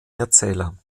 erzähler